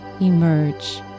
emerge